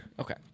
Okay